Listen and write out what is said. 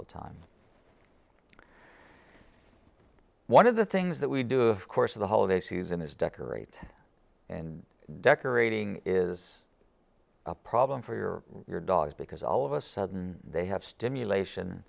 the time one of the things that we do of course of the holiday season is decorate and decorating is a problem for your dogs because all of us sudden they have stimulation